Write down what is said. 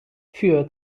für